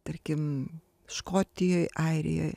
tarkim škotijoj airijoj